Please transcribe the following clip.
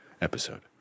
episode